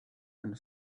and